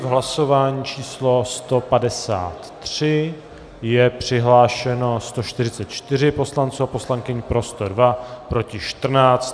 V hlasování číslo 153 je přihlášeno 144 poslanců a poslankyň, pro 102, proti 14.